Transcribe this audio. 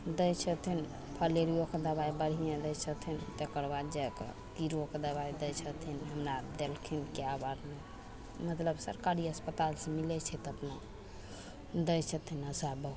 दै छथिन फलेरियोके दबाइ बढियें दै छथिन तकर बाद जा कऽ कीड़ोके दबाइ दै छथिन हमरा देलखिन कए बार नहि मतलब सरकारी अस्पतालसँ मिलय छै तऽ अपना दै छथिन आशा बहु